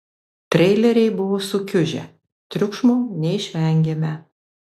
treileriai buvo sukiužę triukšmo neišvengėme